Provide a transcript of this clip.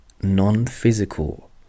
non-physical